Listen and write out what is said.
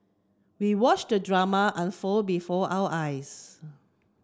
we watched the drama unfold before our eyes